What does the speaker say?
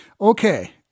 Okay